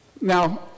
Now